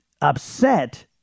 upset